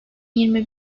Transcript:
yirmi